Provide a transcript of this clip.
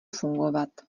fungovat